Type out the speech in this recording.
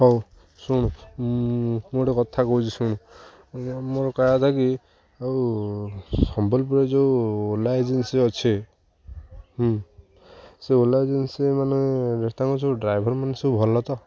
ହଉ ଶୁଣୁ ମୁଁ ଗୋଟେ କଥା କହୁଛି ଶୁଣୁ ମୋ କହିବାକଥା କି ଆଉ ସମ୍ବଲପୁର ଯେଉଁ ଓଲା ଏଜେନ୍ସି ଅଛି ସେ ଓଲା ଏଜେନ୍ସି ମାନେ ତାଙ୍କର ଯେଉଁ ଡ୍ରାଇଭର ମାନେ ସବୁ ଭଲ ତ